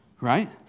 Right